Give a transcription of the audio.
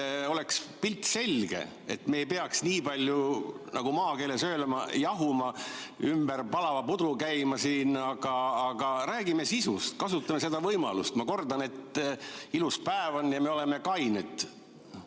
oleks pilt selge, et me ei peaks nii palju, nagu maakeeles öeldakse, jahuma, ümber palava pudru käima siin. Aga räägime sisust, kasutame seda võimalust. Ma kordan, et ilus päev on ja me oleme kained.